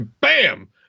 Bam